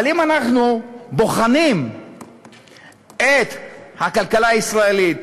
אבל אם אנחנו בוחנים את הכלכלה הישראלית